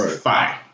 Fine